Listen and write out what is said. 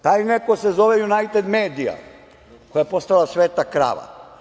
Taj neko se zove „Junajted medija“ koja je postala sveta krava.